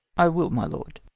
i will, my lord.